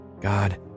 God